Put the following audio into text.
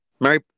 Mary